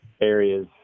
areas